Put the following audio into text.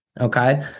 Okay